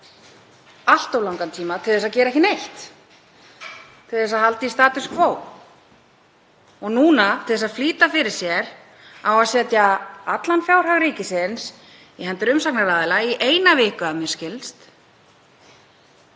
allt of langan tíma til þess að gera ekki neitt, til þess að halda í status quo. Og núna, til þess að flýta fyrir sér, á að setja allan fjárhag ríkisins í hendur umsagnaraðila í eina viku að mér skilst